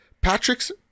Patrick's